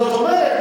זאת אומרת,